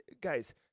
guys